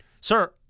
sir